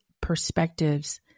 perspectives